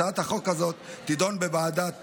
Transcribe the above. הצעת החוק הזאת תידון בוועדת חוקה,